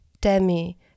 Demi